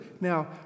Now